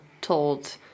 told